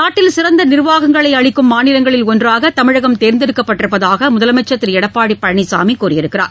நாட்டில் சிறந்த நிர்வாகங்களை அளிக்கும் மாநிலங்களில் ஒன்றாக தமிழகம் தேர்ந்தெடுக்கப்பட்டிருப்பதாக முதலமைச்சர் திரு எடப்பாடி பழனிசாமி கூறியுள்ளார்